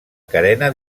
carena